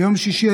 ביום שישי,